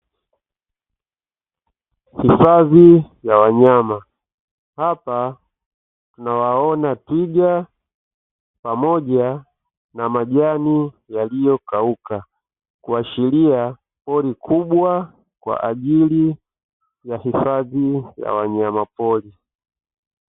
Hifadhi ya wanyama, unaweza kuona twiga pamoja na majani yaliyokauka. Kuashiria pori kubwa kwa ajili ya uhifadhi wa wanyama pori.